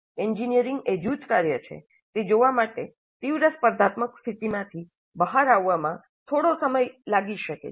engineering એ જૂથ કાર્ય છે તે જોવા માટે તીવ્ર સ્પર્ધાત્મક સ્થિતિમાંથી બહાર આવવામાં થોડો સમય લાગી શકે છે